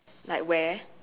like where